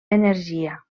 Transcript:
energia